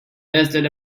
listed